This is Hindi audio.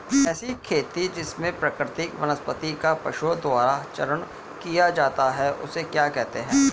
ऐसी खेती जिसमें प्राकृतिक वनस्पति का पशुओं द्वारा चारण किया जाता है उसे क्या कहते हैं?